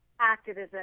activism